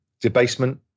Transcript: debasement